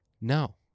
No